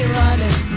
running